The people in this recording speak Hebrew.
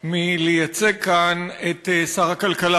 מלייצג כאן את שר הכלכלה,